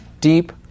deep